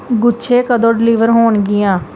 ਗੁੱਛੇ ਕਦੋਂ ਡਿਲੀਵਰ ਹੋਣਗੀਆਂ